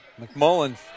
McMullen